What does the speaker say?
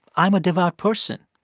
i'm a devout person.